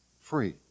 free